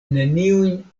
neniujn